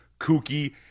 kooky